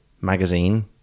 magazine